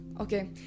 okay